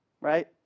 right